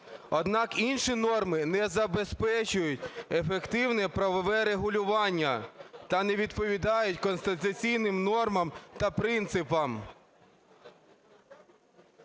Однак інші норми не забезпечують ефективне правове регулювання та не відповідають конституційним нормам та принципам.